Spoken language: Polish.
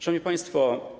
Szanowni Państwo!